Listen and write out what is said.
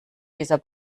dieser